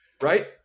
right